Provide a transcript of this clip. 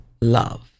love